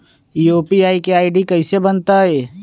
UPI के ID कैसे बनतई?